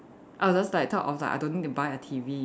I'll just like talk I don't need to buy a T_V